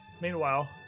Meanwhile